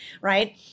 Right